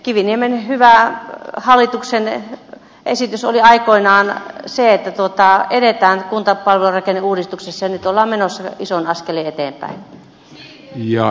kiviniemen hyvä hallituksen esitys oli aikoinaan se että edetään kuntapalvelurakenneuudistuksessa ja nyt ollaan menossa iso askel eteenpäin